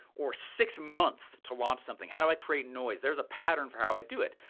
or six months to launch something. how do i create noise? there's a pattern for how i do it.